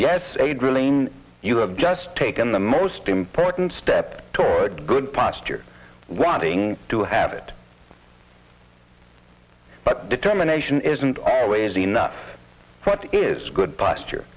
drilling you have just taken the most important step toward good posture wanting to have it but determination isn't always enough what is good posture